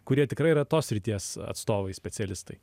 kurie tikrai yra tos srities atstovai specialistai